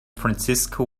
francisco